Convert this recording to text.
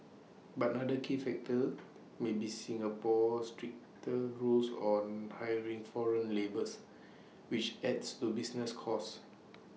but another key factor may be Singapore's stricter rules on hiring foreign labours which adds to business costs